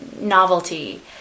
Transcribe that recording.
novelty